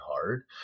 hard